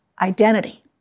identity